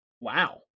Wow